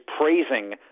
praising